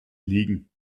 liegen